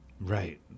right